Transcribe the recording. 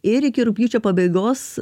ir iki rugpjūčio pabaigos